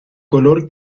color